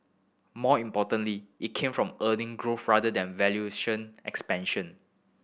more importantly it came from earning growth rather than valuation expansion